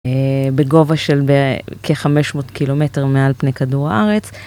בגובה של כ-500 קילומטר מעל פני כדור הארץ.